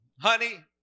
honey